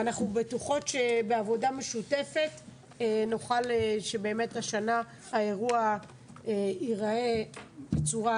ואנחנו בטוחות שבעבודה משותפת נוכל שבאמת השנה האירוע ייראה בצורה